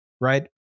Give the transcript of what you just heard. Right